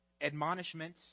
Admonishment